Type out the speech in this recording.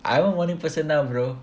I'm a morning person now bro